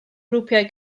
grwpiau